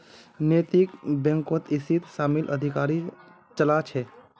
नैतिक बैकक इसीत शामिल अधिकारी चला छे